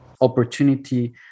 opportunity